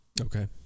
Okay